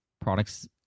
products